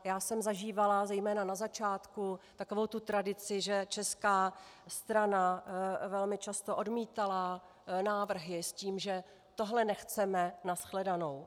Já jsem zažívala zejména na začátku takovou tu tradici, že česká strana velmi často odmítala návrhy s tím, že tohle nechceme, na shledanou.